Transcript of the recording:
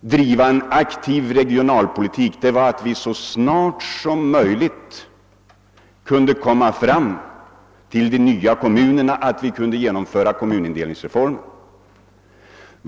och en aktiv regionalpolitik var att vi så snart som möjligt kunde skapa de nya kommunerna, dvs. att vi kunde genomföra kommunindelningsreformen.